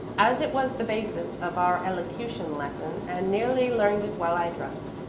as it was the basis of our elocution lesson, and nearly learned it while i dressed.